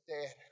dead